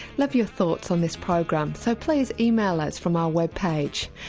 love your thoughts on this program, so please email us from our web page.